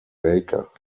maker